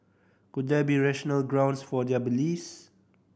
could there be rational grounds for their beliefs